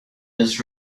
his